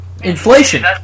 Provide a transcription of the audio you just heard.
Inflation